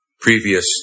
previous